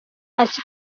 ati